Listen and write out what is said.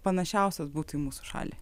panašiausios būtų į mūsų šalį